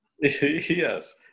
yes